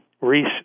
Reese